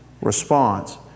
response